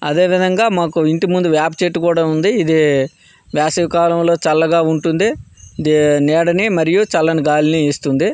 అదేవిధంగా మాకు ఇంటి ముందు వేప చెట్టు కూడా ఉంది ఇది వేసవికాలంలో చల్లగా ఉంటుంది నీడని మరియు చల్లని గాలిని ఇస్తుంది